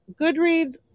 Goodreads